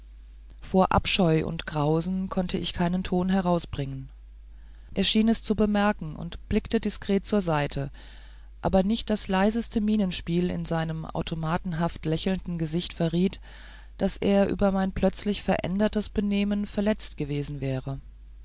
vor abscheu und grausen konnte ich keinen ton herausbringen er schien es zu bemerken und blickte diskret zur seite aber nicht das leiseste mienenspiel in seinem automatenhaft lächelnden gesicht verriet daß er über mein plötzlich verändertes benehmen verletzt gewesen wäre